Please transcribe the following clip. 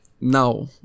now